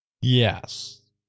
Yes